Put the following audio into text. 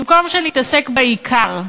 במקום שנתעסק בעיקר,